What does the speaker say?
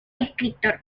escritor